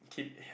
keep